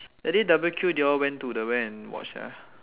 that day W_Q they all went to the where and watch ah